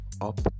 Up